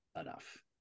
enough